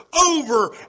over